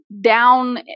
down